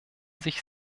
sich